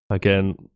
Again